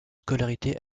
scolarité